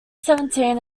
seventeen